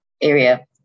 area